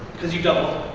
cause you double,